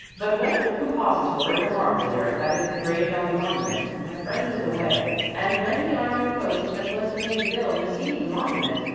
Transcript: but when the compositor in the marble-yard got it engraved on the monument, my friend was away, and when the army post that was to pay the bill received the monument,